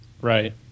right